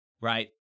right